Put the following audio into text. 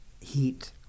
heat